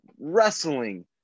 wrestling